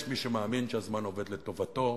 יש מי שמאמין שהזמן עובד לטובתו,